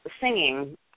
singing